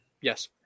Yes